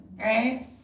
Right